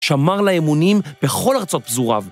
שמר לה אמונים בכל ארצות פזוריו.